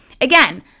Again